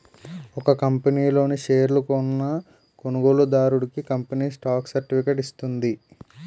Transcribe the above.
ఒక కంపనీ లో షేర్లు కొన్న కొనుగోలుదారుడికి కంపెనీ స్టాక్ సర్టిఫికేట్ ఇస్తుంది